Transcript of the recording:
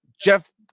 Jeff